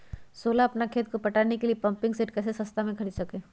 सोलह अपना खेत को पटाने के लिए पम्पिंग सेट कैसे सस्ता मे खरीद सके?